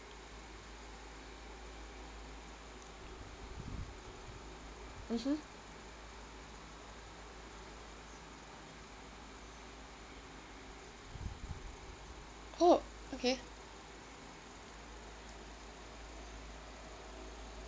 mmhmm oh okay